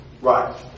Right